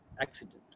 Accident